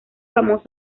famoso